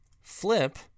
flip